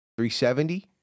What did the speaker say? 370